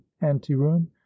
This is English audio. ante-room